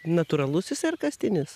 natūralusis ar kastinis